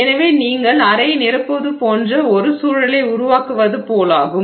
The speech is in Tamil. எனவே நீங்கள் கலனை அறையை நிரப்புவது போன்ற ஒரு சூழலை உருவாக்குவது போலாகும்